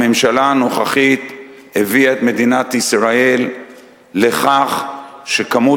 הממשלה הנוכחית הביאה את מדינת ישראל לכך שכמות